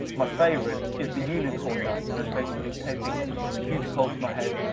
my favourite is the unicorn mount, and that's basically taping a huge pole to my head,